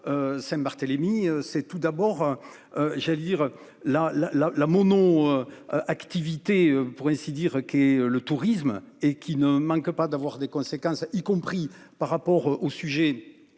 Saint-Barthélemy c'est tout d'abord. J'allais dire la la la la mono-. Activité pour ainsi dire, qu'est le tourisme et qui ne manque pas d'avoir des conséquences y compris par rapport au sujet